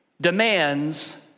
demands